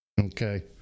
Okay